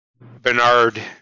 Bernard